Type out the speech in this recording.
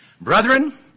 Brethren